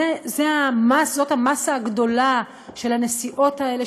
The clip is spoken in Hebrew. זאת המאסה הגדולה של הנסיעות האלה,